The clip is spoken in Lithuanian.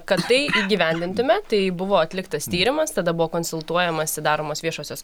kad tai įgyvendintume tai buvo atliktas tyrimas tada buvo konsultuojamasi daromos viešosios